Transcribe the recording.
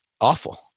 awful